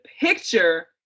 picture